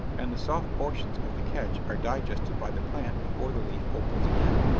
and the soft portions of the catch are digested by the plant before the leaf opens again.